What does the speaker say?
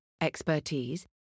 expertise